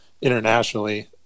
internationally